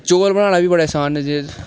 चौल बनाना बी बड़े असान न